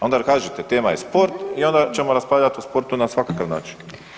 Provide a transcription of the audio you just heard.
Onda kažite tema je sport i onda ćemo raspravljati o sportu na svakakav način.